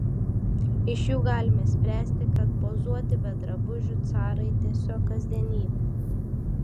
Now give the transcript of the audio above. iš jų galime spręsti kad pozuoti be drabužių carai tiesiog kasdienybė